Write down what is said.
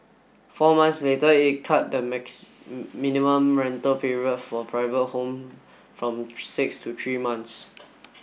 four months later it cut the mix minimum rental period for private home from six to three months